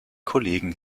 kollegen